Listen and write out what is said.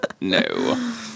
no